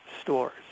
stores